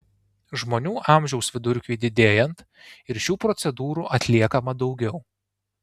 žmonių amžiaus vidurkiui didėjant ir šių procedūrų atliekama daugiau